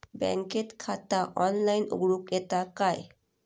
बँकेत खाता ऑनलाइन उघडूक येता काय?